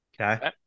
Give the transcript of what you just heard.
Okay